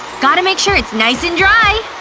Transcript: gotta make sure it's nice and dry.